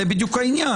זה העניין.